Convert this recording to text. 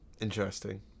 Interesting